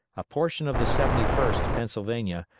a portion of the seventy first pennsylvania,